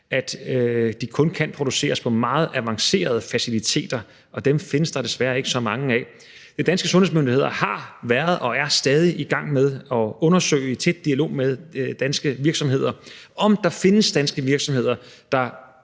at de kun kan produceres på meget avancerede faciliteter, og dem findes der desværre ikke så mange af. De danske sundhedsmyndigheder har været og er stadig i gang med at undersøge, i tæt dialog med danske virksomheder, om der findes danske virksomheder, hvor